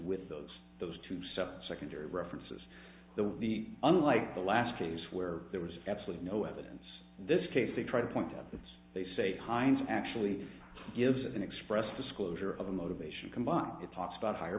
with those those two separate secondary references the the unlike the last case where there was absolutely no evidence in this case they try to point out that they say hines actually gives an express disclosure of the motivation combine it talks about higher